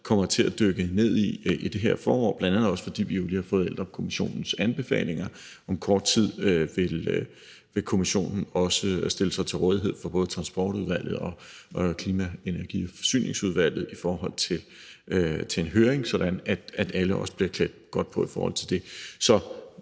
kommer til at dykke ned i i det her forår, bl.a. også fordi vi jo lige har fået Eldrupkommissionens anbefalinger. Om kort tid vil kommissionen også stille sig til rådighed for både Transportudvalget og Klima-, Energi- og Forsyningsudvalget i forhold til en høring, sådan at alle også bliver klædt godt på i forhold til det.